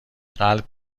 قلب